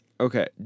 Okay